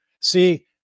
See